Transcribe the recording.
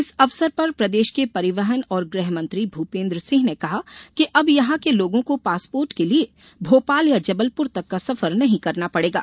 इस अवसर पर प्रदेश के परिवहन और गृह मंत्री भूपेन्द्र सिंह ने कहा कि अब यहां के लोगों को पासपोर्ट के लिये भोपाल या जबलपुर तक का सफर नही करना पड़ेगा